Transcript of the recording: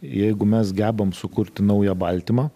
jeigu mes gebam sukurti naują baltymą